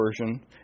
Version